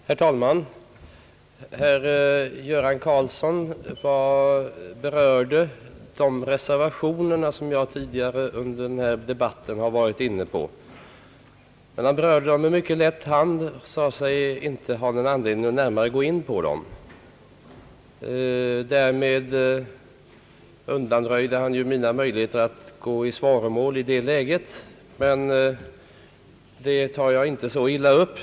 Herr talman! Herr Göran Karlsson berörde de reservationer, som jag har talat om tidigare under denna debatt, men han gjorde det med mycket lätt hand. Han sade sig inte ha någon anledning att gå närmare in på dem. Därmed undanröjde han ju mina möjligheter att gå i svaromål i det läget, men det tar jag inte illa upp.